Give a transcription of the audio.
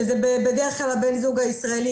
שזה בדרך כלל בן הזוג הישראלי,